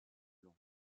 long